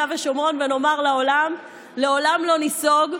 ושומרון ונאמר לעולם: לעולם לא ניסוג.